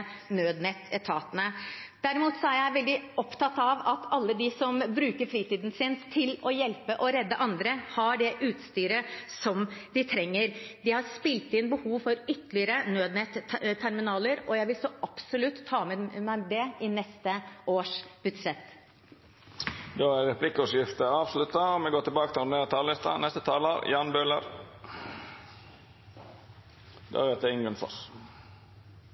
nødnettetatene. Derimot er jeg veldig opptatt av at alle de som bruker fritiden sin til å hjelpe og redde andre, har det utstyret de trenger. De har spilt inn behov for ytterligere nødnetterminaler, og jeg vil så absolutt ta med meg det i neste års budsjett. Replikkordskiftet er avslutta. En av oppgavene som har økt kraftig i omfang for politiet siden Killengreen-rapporten om politikapasitet kom i 2008, og